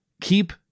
keep